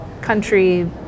country